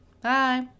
Bye